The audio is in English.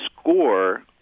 score